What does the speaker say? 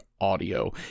audio